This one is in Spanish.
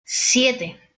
siete